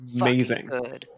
amazing